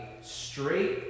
straight